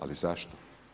Ali zašto?